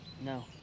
no